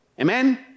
Amen